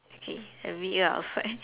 okay I meet you outside